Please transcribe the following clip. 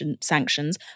sanctions